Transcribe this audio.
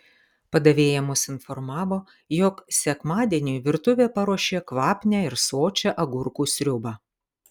padavėja mus informavo jog sekmadieniui virtuvė paruošė kvapnią ir sočią agurkų sriubą